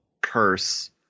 curse